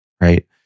right